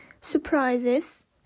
surprises